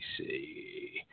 see